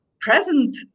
present